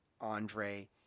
Andre